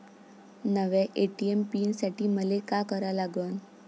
नव्या ATM pin साठी मले का करा लागन?